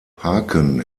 parken